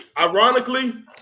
ironically